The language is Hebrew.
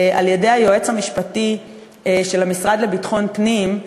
על-ידי היועץ המשפטי של המשרד לביטחון פנים,